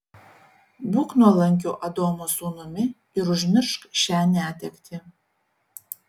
būk nuolankiu adomo sūnumi ir užmiršk šią netektį